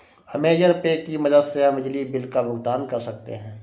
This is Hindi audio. अमेज़न पे की मदद से हम बिजली बिल का भुगतान कर सकते हैं